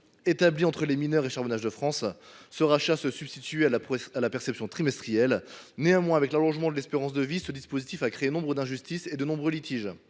établi entre les mineurs et Charbonnages de France, ce rachat se substituant à la perception trimestrielle. Néanmoins, en raison de l’allongement de l’espérance de vie, ce dispositif a créé de nombreuses injustices et autant de litiges.